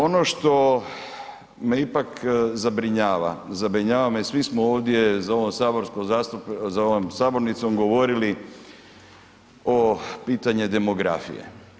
Ono što me ipak zabrinjava, zabrinjava me svi smo ovdje za ovom sabornicom govorili o pitanje demografije.